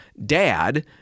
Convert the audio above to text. dad